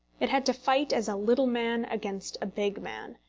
it had to fight as a little man against a big man,